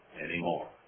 anymore